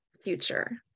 future